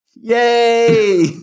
Yay